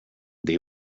det